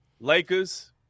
Lakers